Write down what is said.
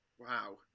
Wow